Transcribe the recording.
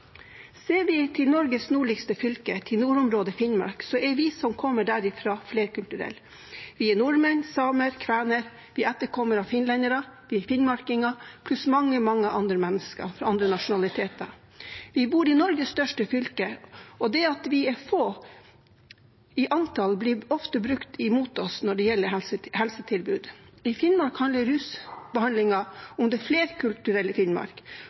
Ser vi til Norges nordligste fylke, til nordområdet Finnmark, er vi som kommer derfra, flerkulturelle. Vi er nordmenn, samer, kvener, vi er etterkommere av finlendere, vi er finnmarkinger – pluss mange andre mennesker, andre nasjonaliteter. Vi bor i Norges største fylke, og det at vi er få i antall, blir ofte brukt mot oss når det gjelder helsetilbud. I Finnmark handler rusbehandlingen om det flerkulturelle Finnmark, hvor bl.a. samiske og kvenske ruspasienter har andre utfordringer i